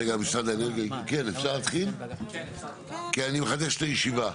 אני מחדש את הישיבה.